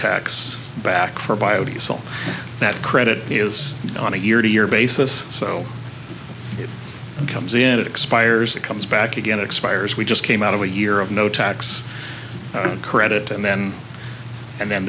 tax back for biodiesel that credit is on a year to year basis so it comes in it expires it comes back again expires we just came out of a year of no tax credit and then and then